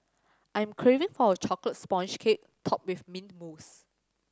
I am craving for a chocolate sponge cake topped with mint mousse